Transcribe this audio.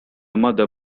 mother